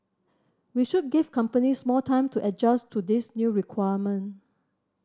we should give companies more time to adjust to this new requirement